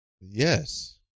Yes